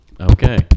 Okay